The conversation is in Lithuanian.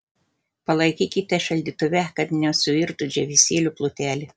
palaikykite šaldytuve kad nesuirtų džiūvėsėlių plutelė